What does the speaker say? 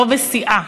לא בשיאה.